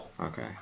Okay